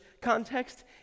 context